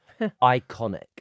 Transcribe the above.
iconic